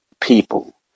people